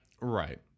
right